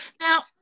Now